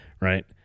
Right